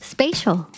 Spatial